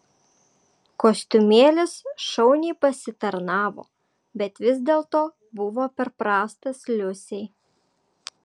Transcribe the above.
kostiumėlis šauniai pasitarnavo bet vis dėlto buvo per prastas liusei